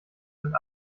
sind